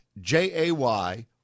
J-A-Y